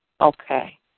Okay